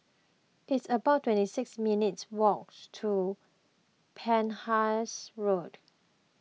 it's about twenty six minutes' walk to Penhas Road